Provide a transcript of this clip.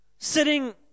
Sitting